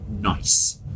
nice